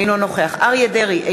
אינו נוכח אריה דרעי,